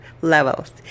levels